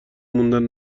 موندن